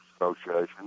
Association